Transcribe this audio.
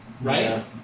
Right